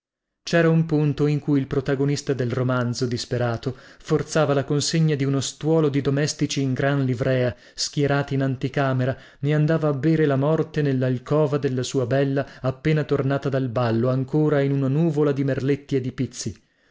cera un punto in cui il protagonista del romanzo disperato forzava la consegna di uno stuolo di domestici in gran livrea schierati in anticamera e andava a bere la morte nellalcova della sua bella appena tornata dal ballo ancora in una nuvola di merletti e di pizzi